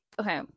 Okay